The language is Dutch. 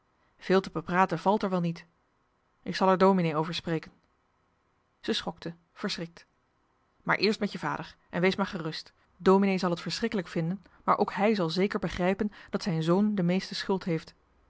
veel te bepraten valt er wel niet ik zal er dominee over spreken zij schokte verschrikt maar eerst met je vader en wees maar gerust dominee zal het verschrikkelijk vinden maar ook hij zal zeker begrijpen dat zijn zoon de meeste schuld heeft